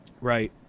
Right